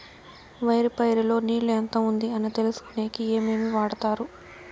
వరి పైరు లో నీళ్లు ఎంత ఉంది అని తెలుసుకునేకి ఏమేమి వాడతారు?